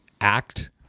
act